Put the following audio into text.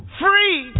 free